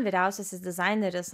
vyriausiasis dizaineris